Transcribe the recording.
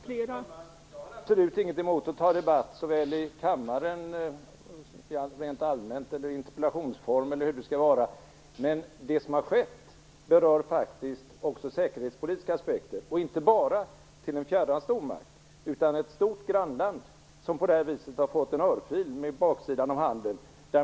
Fru talman! Jag har absolut ingenting emot att ta en debatt i kammaren, rent allmänt, i interpellationsform eller hur det skall vara. Men det som har skett berör också säkerhetspolitiska aspekter, inte bara i förhållande till en fjärran stormakt utan också i förhållande till ett stort grannland, som på det här viset har fått en örfil med baksidan av handen.